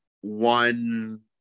one